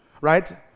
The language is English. right